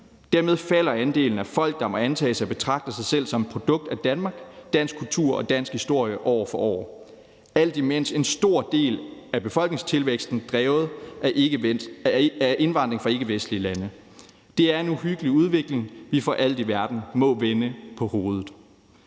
Dermed falder andelen af folk, der må antages at betragte sig selv som et produkt af Danmark, dansk kultur og dansk historie, år for år, alt imens en stor del af befolkningstilvæksten er drevet af indvandring fra ikkevestlige lande. Det er en uhyggelig udvikling, som vi for alt i verden må vende på hovedet.